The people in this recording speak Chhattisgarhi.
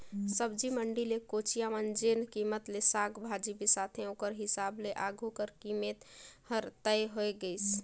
सब्जी मंडी ले कोचिया मन जेन कीमेत ले साग भाजी बिसाथे ओकर हिसाब ले आघु कर कीमेत हर तय होए गइस